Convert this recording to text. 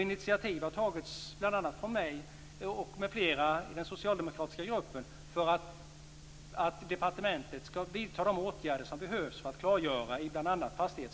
Initiativ har tagits av mig m.fl. i den socialdemokratiska gruppen för att departementet skall vidta de åtgärder som behövs för att klargöra i bl.a.